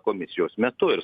komisijos metu ir